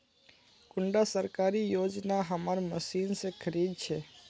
कुंडा सरकारी योजना हमार मशीन से खरीद छै?